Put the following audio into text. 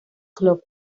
club